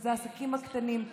וזה העסקים הקטנים,